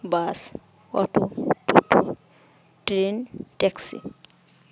bus auto toto train taxi